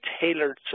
tailored